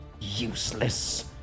useless